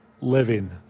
living